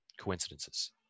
coincidences